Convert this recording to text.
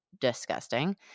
disgusting